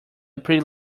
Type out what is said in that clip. pretty